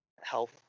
health